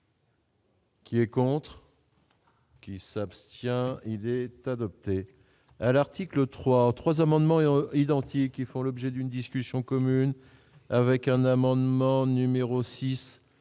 Qui est contre. Qui s'abstient, il est adopté